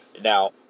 Now